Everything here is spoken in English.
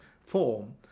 form